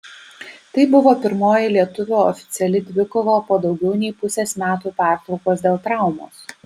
tai buvo pirmoji lietuvio oficiali dvikova po daugiau nei pusės metų pertraukos dėl traumos